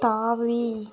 தாவி